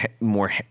more